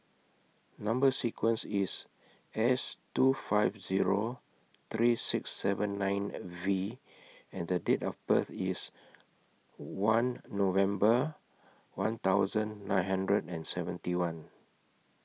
Number sequence IS S two five Zero three six seven nine V and The Date of birth IS one November one thousand nine hundred and seventy one